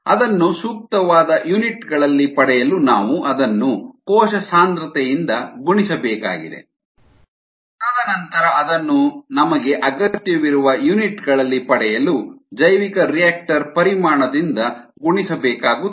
ಅದನ್ನು ಸೂಕ್ತವಾದ ಯೂನಿಟ್ ಗಳಲ್ಲಿ ಪಡೆಯಲು ನಾವು ಅದನ್ನು ಕೋಶ ಸಾಂದ್ರತೆಯಿಂದ ಗುಣಿಸಬೇಕಾಗಿದೆ ತದನಂತರ ಅದನ್ನು ನಮಗೆ ಅಗತ್ಯವಿರುವ ಯೂನಿಟ್ ಗಳಲ್ಲಿ ಪಡೆಯಲು ಜೈವಿಕರಿಯಾಕ್ಟರ್ ಪರಿಮಾಣದಿಂದ ಗುಣಿಸ ಬೇಕಾಗುತ್ತದೆ